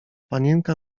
panienka